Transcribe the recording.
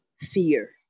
fear